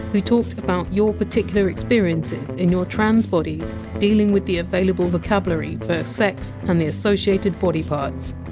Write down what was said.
who talked about your particular experiences in your trans bodies dealing with the available vocabulary for sex and the associated body parts.